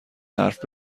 حرف